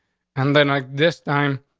and then, like this time,